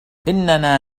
إننا